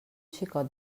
xicot